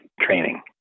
training